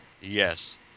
Yes